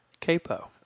Capo